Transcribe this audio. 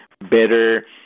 better